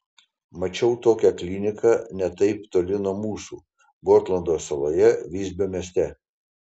mačiau tokią kliniką ne taip toli nuo mūsų gotlando saloje visbio mieste